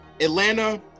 Atlanta